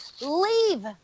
leave